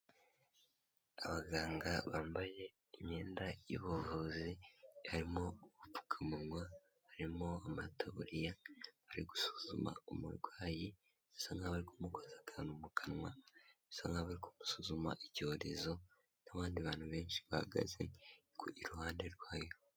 Abaganga bambaye imyenda y'ubuvuzi harimo udupfukamunwa, harimo amataburiya, bari gusuzuma umurwayi bisa nkaho bari kumukoza akantu mu kanwa, bisa nkaho bari kumusuzuma icyorezo n'abandi bantu benshi bahagaze iruhande rwayo.